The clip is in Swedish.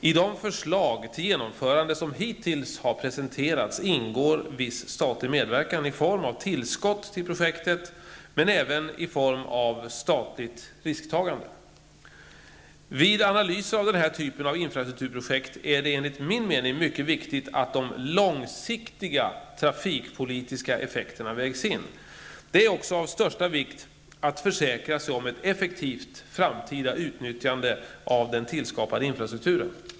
I de förslag till genomförande som hittills har presenterats ingår viss statlig medverkan i form av tillskott till projektet, men även i form av statligt risktagande. Vid analyser av den här typen av infrastrukturprojekt är det enligt min mening mycket viktigt att de långsiktiga trafikpolitiska effekterna vägs in. Det är också av största vikt att försäkra sig om ett effektivt framtida utnyttjande av den tillskapade infrastrukturen.